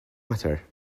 matter